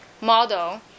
model